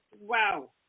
Wow